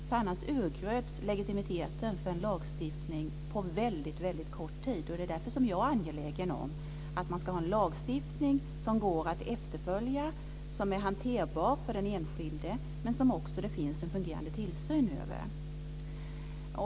Annars urgröps legitimiteten för lagstiftningen på väldigt kort tid. Det är därför jag är angelägen om att man ska ha en lagstiftning som går att efterleva, som är hanterbar för den enskilde men som det också finns en fungerande tillsyn över.